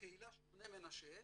מהקהילה של בני מנשה,